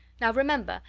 now remember,